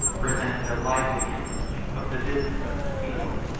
presented a lively image of the business of the field.